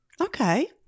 Okay